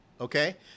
okay